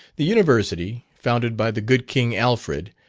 the university, founded by the good king alfred,